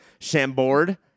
shambord